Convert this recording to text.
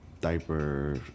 diaper